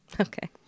Okay